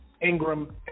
Ingram